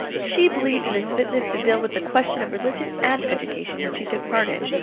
she believed in his fitness to deal with the questions of religion and education which he took part in,